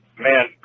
man